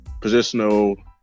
positional